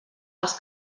als